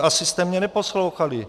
Asi jste mě neposlouchali.